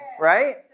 right